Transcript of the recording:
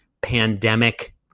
pandemic